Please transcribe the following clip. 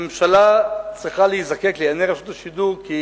הממשלה צריכה להיזקק לענייני רשות השידור, כי,